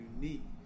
unique